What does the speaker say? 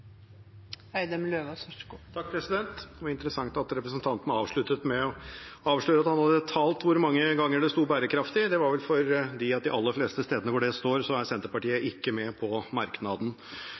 avsluttet med å avsløre at han hadde talt hvor mange ganger det sto «bærekraftig». Det var vel fordi at de aller fleste stedene hvor det står, er Senterpartiet ikke med på merknaden.